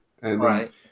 Right